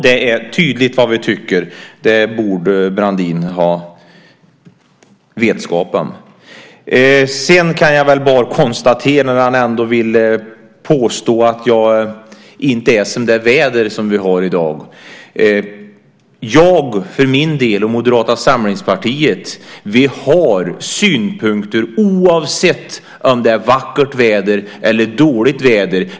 Det är tydligt vad vi tycker. Det borde Brandin ha vetskap om. Brandin påstår att jag inte är som det väder som vi har i dag. Jag för min del och Moderata samlingspartiet har synpunkter oavsett om det är vackert väder eller dåligt väder.